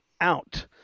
out